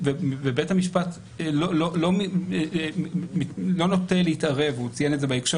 בית המשפט לא נוטה להתערב הוא ציין את זה בהקשר